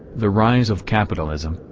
the rise of capitalism,